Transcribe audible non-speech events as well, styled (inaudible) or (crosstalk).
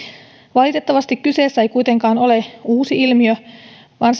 valitettavasti kyseessä ei kuitenkaan ole uusi ilmiö vaan (unintelligible)